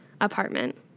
apartment